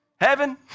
Heaven